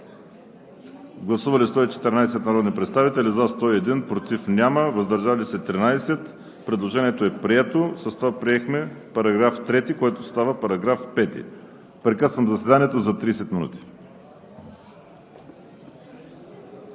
Гласували 114 народни представители: за 101, против няма, въздържали се 13. Предложението е прието. С това приехме § 3, който става § 5. Прекъсвам заседанието за 30 минути.